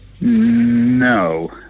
No